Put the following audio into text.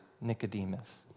Nicodemus